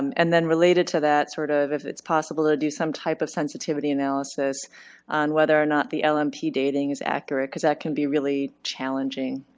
and then related to that, sort of it it's possible to do some type of sensitivity analysis on whether or not the lmp dating is accurate. because that can be really challenging,